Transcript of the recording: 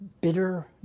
bitter